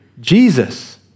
Jesus